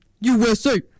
USA